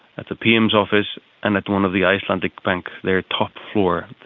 at the pm's office and at one of the icelandic banks, their top floor,